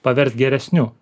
paverst geresniu